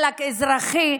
עלק אזרחי,